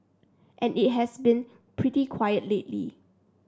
and it has been pretty quiet lately